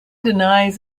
denies